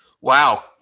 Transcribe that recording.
Wow